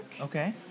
Okay